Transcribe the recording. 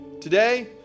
Today